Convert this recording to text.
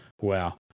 Wow